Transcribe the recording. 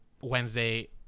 wednesday